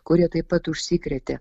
kurie taip pat užsikrėtė